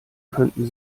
könnten